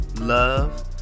love